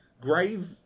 grave